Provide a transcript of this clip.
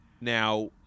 Now